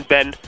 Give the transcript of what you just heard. Ben